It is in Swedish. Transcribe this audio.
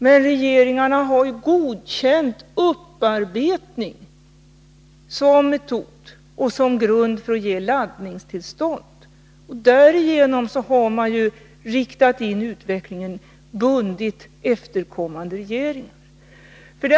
Men regeringarna har ju godkänt upparbetning som metod och som grund för att ge laddningstillstånd. Därigenom har man riktat in utvecklingen och bundit efterkommande regeringar.